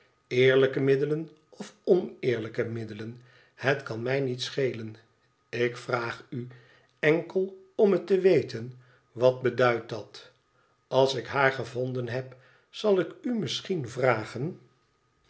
eerlijke middelen of oneerlijke middelen het kan mij niet schelen ik vraag u enkel om het te weten wat beduidt dat als ik haar gevonden heb zal ik u misschien vragen